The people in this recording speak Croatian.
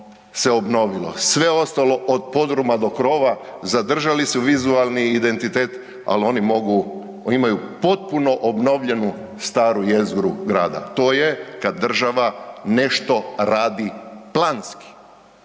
sve ostalo od podruma do krova zadržali su vizualni identitet, al oni mogu, imaju potpuno obnovljenu staru jezgru grada. To je kad država nešto radi planski